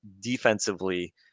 defensively